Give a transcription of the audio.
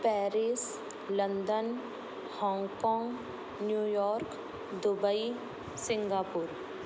Paris London Hong Kong New York Dubai Singapore